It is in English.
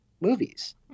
movies